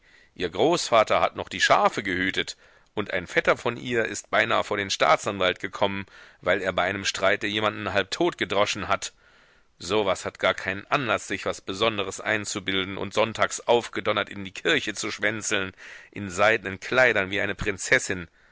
ihr großvater hat noch die schafe gehütet und ein vetter von ihr ist beinahe vor den staatsanwalt gekommen weil er bei einem streite jemanden halbtot gedroschen hat so was hat gar keinen anlaß sich was besonders einzubilden und sonntags aufgedonnert in die kirche zu schwänzeln in seidnen kleidern wie eine prinzessin